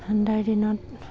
ঠাণ্ডাৰ দিনত